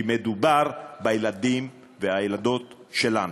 כי מדובר בילדים ובילדות שלנו.